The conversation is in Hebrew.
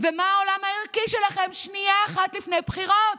ומה העולם הערכי שלכם שנייה אחת לפני בחירות?